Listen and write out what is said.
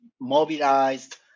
mobilized